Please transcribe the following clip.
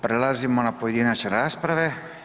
Prelazimo na pojedinačne rasprave.